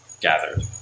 gathered